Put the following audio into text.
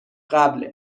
قبله